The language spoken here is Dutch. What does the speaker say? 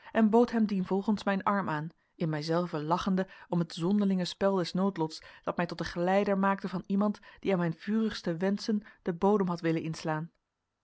en bood hem dienvolgens mijn arm aan in mijzelven lachende om het zonderlinge spel des noodlots dat mij tot den geleider maakte van iemand die aan mijn vurigste wenschen den bodem had willen inslaan